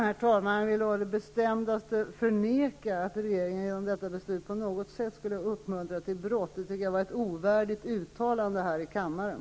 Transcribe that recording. Herr talman! Jag vill å det bestämdaste förneka att regeringen genom detta beslut på något sätt skulle uppmuntra till brott. Det är ett ovärdigt uttalande här i kammaren.